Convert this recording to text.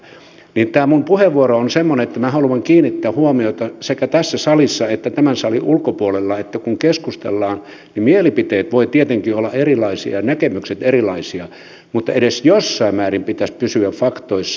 tämä minun puheenvuoroni on semmoinen että minä haluan kiinnittää huomiota sekä tässä salissa että tämän salin ulkopuolella siihen että kun keskustellaan niin mielipiteet voivat tietenkin olla erilaisia ja näkemykset erilaisia mutta edes jossain määrin pitäisi pysyä faktoissa